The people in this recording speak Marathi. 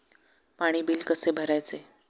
पाणी बिल कसे भरायचे?